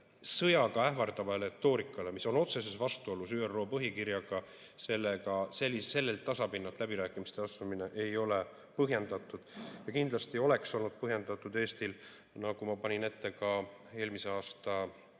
sõjaga ähvardava retoorikaga, mis on otseses vastuolus ÜRO põhikirjaga, sellelt tasapinnalt läbirääkimistesse astumine ei ole põhjendatud. Kindlasti oleks olnud põhjendatud, nagu ma panin ette ka eelmise aasta